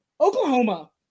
Oklahoma